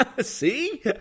See